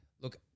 look